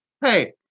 hey